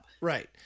Right